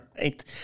Right